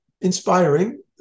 Inspiring